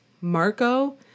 Marco